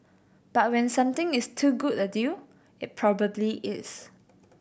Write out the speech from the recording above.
but when something is too good a deal it probably is